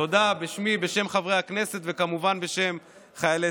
תודה בשמי, בשם חברי הכנסת, וכמובן בשם חיילי